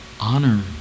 honor